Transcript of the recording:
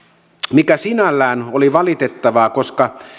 mikä sinällään oli valitettavaa koska